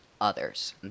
others